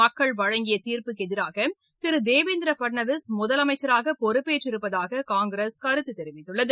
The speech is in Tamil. மக்கள் வழங்கிய தீர்ப்புக்கு எதிராக திரு தேவேந்திர பட்னாவிஸ் முதலமைச்சராக பொறுப்பேற்றிருப்பதாக காங்கிரஸ் கருத்து தெரிவித்துள்ளது